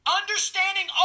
Understanding